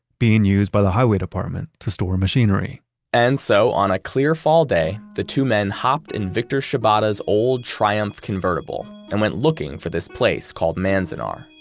being used by the highway department to store machinery and so on a clear fall day, the two men hopped and victor shibata's old triumph convertible and went looking for this place called manzanar.